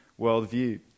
worldview